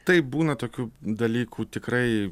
taip būna tokių dalykų tikrai